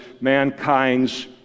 mankind's